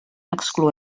excloent